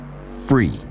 free